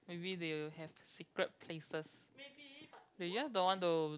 maybe will they have secret places they just don't want to